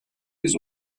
les